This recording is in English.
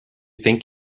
think